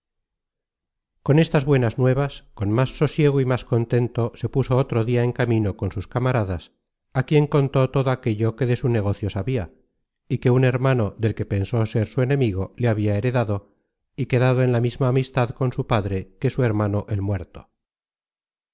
con estas buenas nuevas con más sosiego y más contento se puso otro dia en camino con sus camaradas á quien contó todo aquello que de su negocio sabia y que un hermano del que pensó ser su enemigo le habia heredado y quedado en la misma amistad con su padre que su hermano el muerto